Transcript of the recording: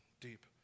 deep